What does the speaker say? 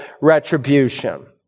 retribution